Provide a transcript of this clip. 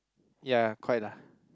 ya quite lah